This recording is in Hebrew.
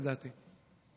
לדעתי?